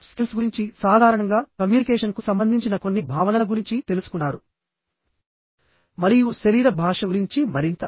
soft skills గురించి సాధారణంగా కమ్యూనికేషన్కు సంబంధించిన కొన్ని భావనల గురించి తెలుసుకున్నారు మరియు శరీర భాష గురించి మరింత